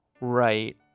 right